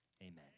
amen